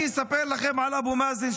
אני אספר לכם על אבו מאזן,